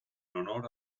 honor